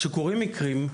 כשקורים מקרים,